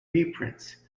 reprints